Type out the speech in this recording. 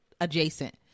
adjacent